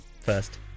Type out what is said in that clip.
first